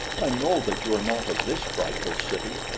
i know that you are not of this frightful city,